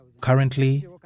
Currently